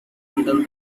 until